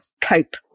cope